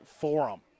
forum